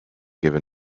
given